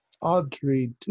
Audrey